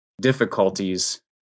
difficulties